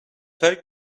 very